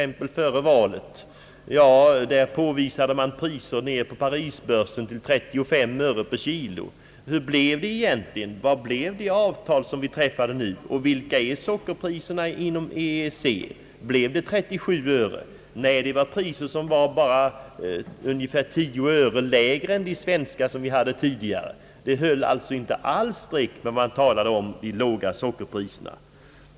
Man påvisade priser ned till 35 öre per kilo på Parisbörsen. Men hur blev det, vilket avtal träffade vi? Vilka är sockerpriserna inom EEC? Blev det 37 öre? Nej, det blev priser som var bara ungefär 10 öre lägre än de svenska vi hade tidigare. Talet om de låga sockerpriserna höll alltså inte alls streck.